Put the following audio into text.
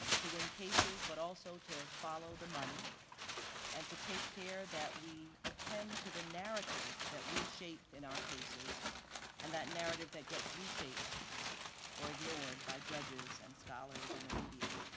to win cases, but also to follow the money and to take care that we attend to the narrative that we shape in our cases and that narrative that gets reshaped or ignored by judges and scholars and the media.